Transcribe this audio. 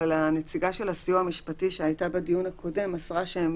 אבל הנציגה של הסיוע המשפטי שהייתה בדיון הקודם מסרה שהם